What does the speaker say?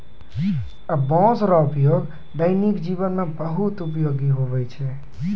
बाँस रो उपयोग दैनिक जिवन मे बहुत उपयोगी हुवै छै